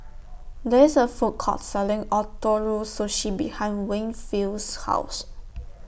There IS A Food Court Selling Ootoro Sushi behind Winfield's House